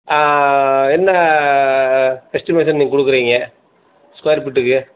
என்ன எஸ்ட்டிமேஷன் நீங்கள் கொடுக்குறீங்க ஸ்கொயர் ஃபீட்டுக்கு